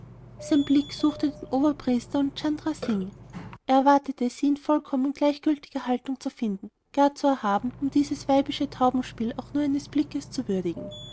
sein blick suchte den oberpriester und chandra singh er erwartete sie in vollkommen gleichgültiger haltung zu finden gar zu erhaben um dieses weibische taubenspiel auch nur eines blickes zu würdigen